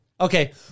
Okay